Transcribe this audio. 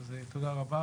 אז, תודה רבה,